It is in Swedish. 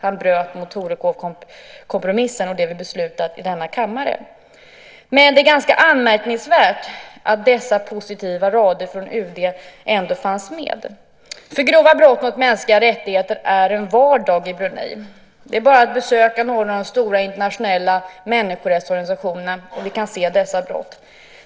Han bröt mot Torekovkompromissen och det vi beslutat i denna kammare. Men det är ganska anmärkningsvärt att dessa positiva rader från UD ändå fanns med. Grova brott mot mänskliga rättigheter är nämligen vardag i Brunei. Det är bara att besöka någon av de stora internationella människorättsorganisationerna så kan vi se dessa brott.